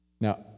Now